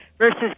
Versus